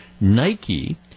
Nike